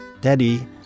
Daddy